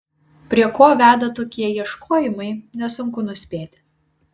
prie ko veda tokie ieškojimai nesunku nuspėti